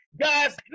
Guys